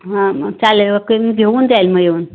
हां मग चालेल बघून घेऊन द्याल मग येऊन